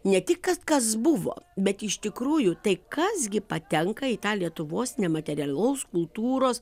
ne tik kad kas buvo bet iš tikrųjų tai kas gi patenka į tą lietuvos nematerialaus kultūros